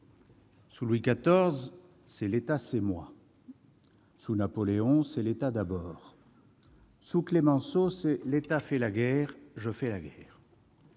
Sous Louis XIV, c'était « l'État, c'est moi ». Sous Napoléon, c'était « l'État d'abord ». Sous Clemenceau, c'était « l'État fait la guerre, je fais la guerre